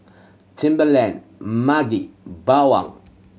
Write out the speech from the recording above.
Timberland Maggi Bawang